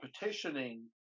petitioning